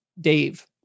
Dave